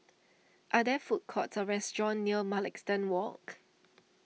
are there food courts or restaurants near Mugliston Walk